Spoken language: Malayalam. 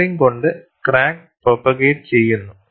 ടീയറിങ് കൊണ്ട് ക്രാക്ക് പ്രൊപ്പഗേറ്റ് ചെയ്യുന്നു